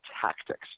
tactics